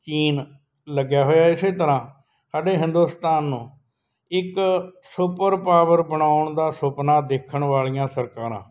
ਚੀਨ ਲੱਗਿਆ ਹੋਇਆ ਇਸੇ ਤਰ੍ਹਾਂ ਸਾਡੇ ਹਿੰਦੁਸਤਾਨ ਨੂੰ ਇੱਕ ਸੁਪਰ ਪਾਵਰ ਬਣਾਉਣ ਦਾ ਸੁਪਨਾ ਦੇਖਣ ਵਾਲੀਆਂ ਸਰਕਾਰਾਂ